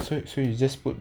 so so you just put